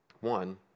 One